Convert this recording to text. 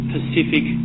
Pacific